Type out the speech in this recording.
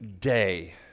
day